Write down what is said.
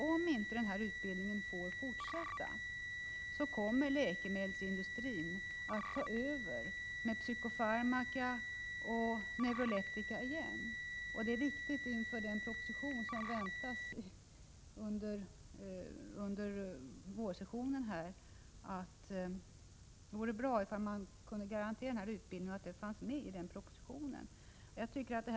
Om inte denna utbildning får fortsätta, så kommer läkemedelsindustrin att ta över med psykofarmaka och neuroleptika igen. Det vore bra om man kunde garantera att detta fanns med iden proposition som väntas under vårsessionen.